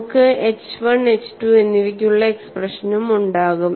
നമുക്ക് H 1 H 2 എന്നിവയ്ക്കുള്ള എക്സ്പ്രഷനുകളും ഉണ്ടാകും